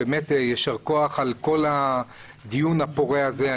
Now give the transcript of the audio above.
יישר כוח על כל הדיון הפורה הזה.